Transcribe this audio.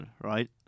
right